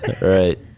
Right